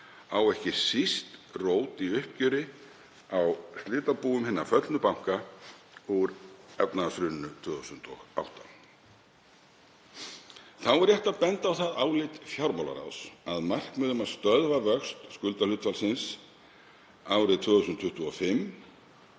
á ekki síst rót í uppgjöri á slitabúum hinna föllnu banka úr efnahagshruninu 2008. Þá er rétt að benda á það álit fjármálaráðs að markmið um að stöðva vöxt skuldahlutfallsins árið 2025